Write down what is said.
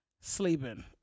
Sleeping